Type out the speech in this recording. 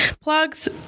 plugs